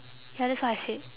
ya that's what I said